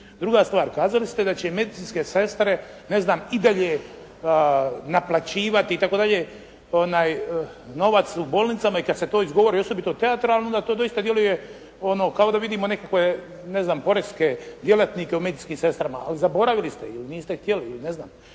Druga stvar, kazali ste da će medicinske sestre i dalje naplaćivati itd. novac u bolnicama i kad se to izgovori osobito teatralno onda to doista djeluje kao da vidimo nekakve poreske djelatnike u medicinskim sestrama. Ali zaboravili ste ili niste htjeli ili ne znam,